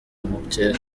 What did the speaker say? muke